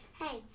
hey